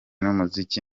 n’umuziki